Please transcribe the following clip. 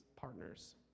partners